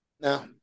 Now